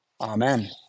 amen